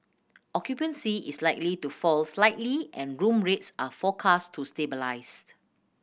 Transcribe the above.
occupancy is likely to fall slightly and room rates are forecast to stabilise